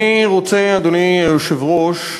אני רוצה, אדוני היושב-ראש,